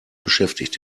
beschäftigt